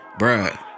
Bruh